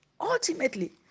ultimately